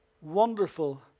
wonderful